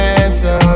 answer